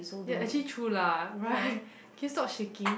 ya actually true lah right can you stop shaking